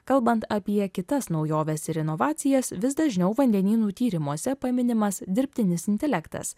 kalbant apie kitas naujoves ir inovacijas vis dažniau vandenynų tyrimuose paminimas dirbtinis intelektas